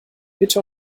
bitte